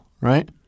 right